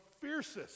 fiercest